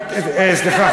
סליחה,